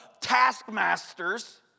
taskmasters